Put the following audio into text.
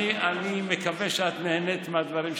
אני מקווה שאת נהנית מהדברים ששמעת.